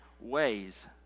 ways